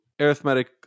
arithmetic